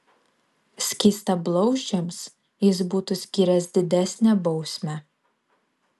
skystablauzdžiams jis būtų skyręs didesnę bausmę